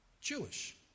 Jewish